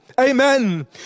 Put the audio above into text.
amen